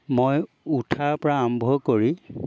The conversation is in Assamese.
মই উঠাৰপৰা আৰম্ভ কৰি